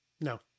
No